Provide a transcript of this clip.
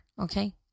okay